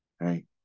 right